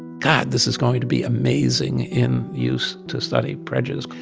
god, this is going to be amazing in use to study prejudice,